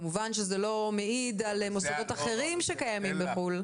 כמובן, זה לא מעיד על מוסדות אחרים שקיימים בחו"ל.